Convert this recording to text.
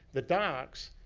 the docks,